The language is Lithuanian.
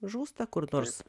žūsta kur nors